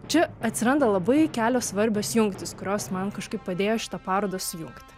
čia atsiranda labai kelios svarbios jungtys kurios man kažkaip padėjo šitą parodą sujungti